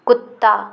कुत्ता